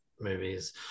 movies